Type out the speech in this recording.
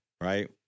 Right